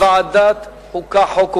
ההכרזה שלי היתה שזה הולך לוועדת החוקה,